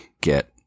get